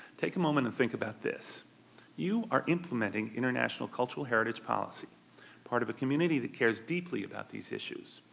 take a moment and think about this you are implementing international cultural heritage policy part of a community that cares deeply about these issues.